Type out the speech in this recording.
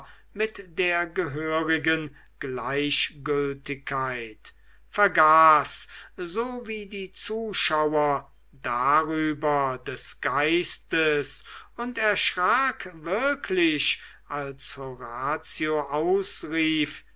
mit der gehörigen gleichgültigkeit vergaß so wie die zuschauer darüber des geistes und erschrak wirklich als horatio ausrief